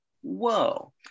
Whoa